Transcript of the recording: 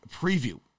preview